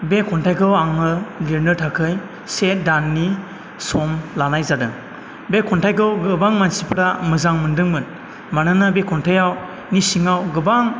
बे खन्थाइखौ आङो लिरनो थाखाय से दाननि सम लानाय जादों बे खन्थाइखौ गोबां मानसिफ्रा मोजां मोनदोंमोन मानोना बे खन्थाइनि सिङाव गोबां